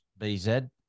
BZ